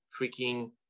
freaking